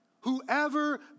Whoever